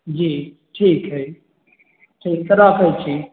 जी ठीक है ठीक तऽ रखै छी